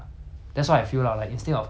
!huh! 我要去 camp 让我去 leh